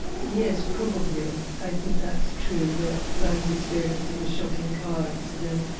yes probably. i think that's true that fern's experience of a shocking car accident,